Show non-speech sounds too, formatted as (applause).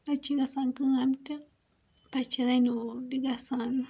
پَتہٕ چھ گَژھاں کٲم تہِ پَتہٕ چھ (unintelligible) تہِ گَژھان